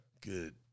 Good